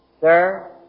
Sir